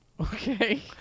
Okay